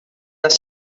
hacen